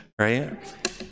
right